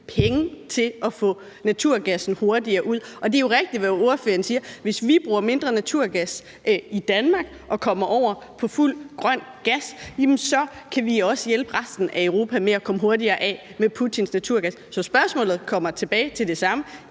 penge til at få naturgassen hurtigere ud. Og det er jo rigtigt, hvad ordføreren siger, altså at hvis vi bruger mindre naturgas i Danmark og kommer fuldt over på grøn gas, kan vi også hjælpe resten af Europa med at komme hurtigere af med Putins naturgas. Så spørgsmålet kommer tilbage til det samme.